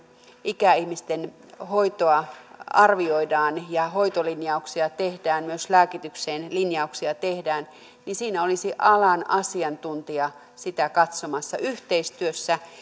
ikäihmisten hoitoa arvioidaan ja tehdään hoitolinjauksia ja myös lääkitykseen tehdään linjauksia siinä olisi alan asiantuntija sitä katsomassa yhteistyössä